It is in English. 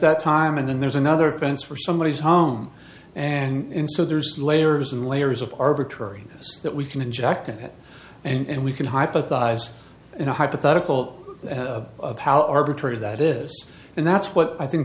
that time and then there's another fence for somebody's home and so there's layers and layers of arbitrary that we can inject ahead and we can hypothesize in a hypothetical of how arbitrary that is and that's what i think